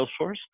Salesforce